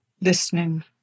listening